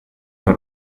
per